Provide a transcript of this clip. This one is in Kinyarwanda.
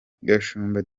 gashumba